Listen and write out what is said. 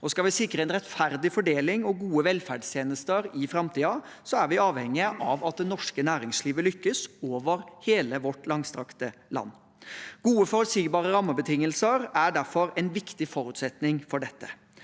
skal vi sikre en rettferdig fordeling og gode velferdstjenester i framtiden, er vi avhengige av at det norske næringslivet lykkes over hele vårt langstrakte land. Gode, forutsigbare rammebetingelser er derfor en viktig forutsetning for dette.